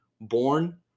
Born